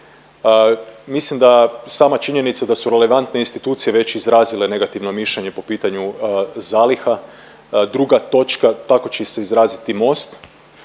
Mislim da sama činjenica da su relevantne institucije već izrazile negativno mišljenje po pitanju zaliha, druga točka, tako će se izraziti i Most.